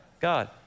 God